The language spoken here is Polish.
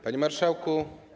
Panie Marszałku!